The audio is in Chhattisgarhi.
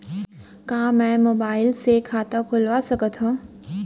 का मैं मोबाइल से खाता खोलवा सकथव?